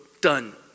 Done